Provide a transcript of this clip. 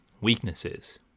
weaknesses